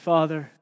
Father